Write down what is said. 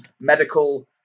medical